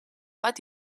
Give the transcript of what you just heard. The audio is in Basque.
bat